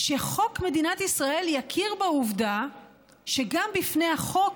שחוק מדינת ישראל יכיר בעובדה שגם בפני החוק